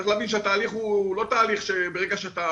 צריך להבין שהתהליך הוא לא תהליך שברגע שאתה